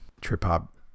trip-hop